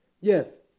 yes